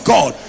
God